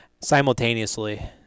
simultaneously